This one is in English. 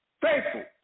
faithful